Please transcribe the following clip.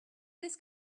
this